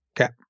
okay